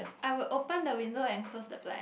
I would open the window and close the blind